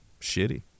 Shitty